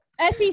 SEC